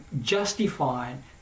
justifying